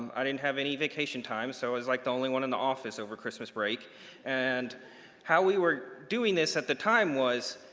i didn't have any vacation time so i was like the only one in the office over christmas break and how we were doing this at the time was,